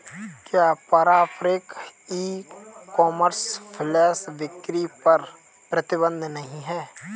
क्या पारंपरिक e commerce flash बिक्री पर प्रतिबंध नहीं है?